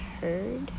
heard